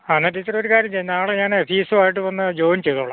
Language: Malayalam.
ആ എന്നാൽ ടീച്ചർ ഒരു കാര്യം ചെയ്യ് നാളെ ഞാൻ ഫീസുവായിട്ട് വന്ന് ജോയിൻ ചെയ്തോളാം